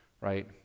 right